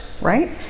right